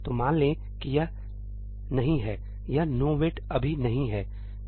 तो मान लें कि यह नहीं है यह 'nowait' अभी नहीं है